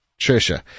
Trisha